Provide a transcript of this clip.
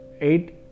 eight